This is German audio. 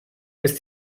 ist